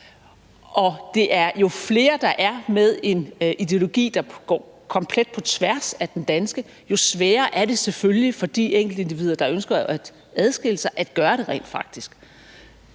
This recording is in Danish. og jo flere der har en ideologi, der går komplet på tværs af den danske, jo sværere er det selvfølgelig for de enkeltindivider, der ønsker at adskille sig, rent faktisk